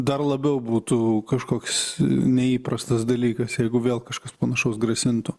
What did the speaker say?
dar labiau būtų kažkoks neįprastas dalykas jeigu vėl kažkas panašaus grasintų